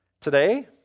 Today